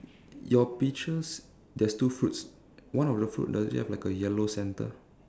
your peaches there's two fruits one of the fruit does it have like a yellow centre